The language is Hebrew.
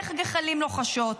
מועך גחלים לוחשות.